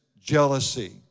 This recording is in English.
jealousy